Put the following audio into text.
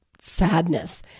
sadness